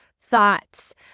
thoughts